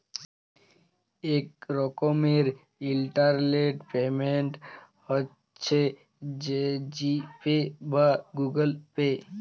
ইক রকমের internet payment হছে জি পে বা গুগল পে